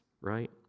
right